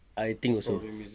I think so